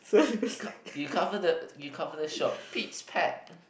you cover the you cover the shop pit pat